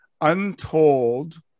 untold